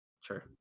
Sure